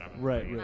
Right